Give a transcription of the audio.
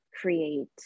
create